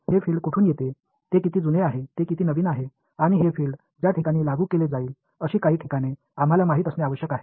हे फील्ड कोठून येते ते किती जुने आहे ते किती नवीन आहे आणि हे फील्ड ज्या ठिकाणी लागू केले जाईल अशी काही ठिकाण आम्हाला माहित असणे आवश्यक आहे